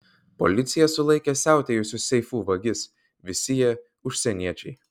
policija sulaikė siautėjusius seifų vagis visi jie užsieniečiai